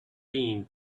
been